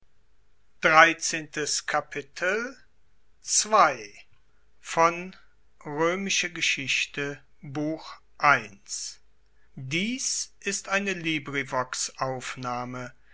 dies ist die